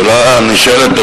השאלה הנשאלת,